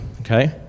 okay